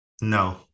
no